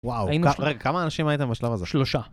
וואו, רגע, כמה אנשים הייתם בשלב הזה? שלושה.